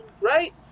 Right